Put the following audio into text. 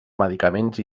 medicaments